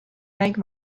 make